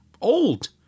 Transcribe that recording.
old